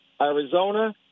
Arizona